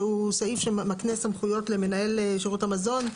שהוא סעיף שמקנה סמכויות למנהל שירות המזון.